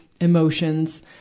emotions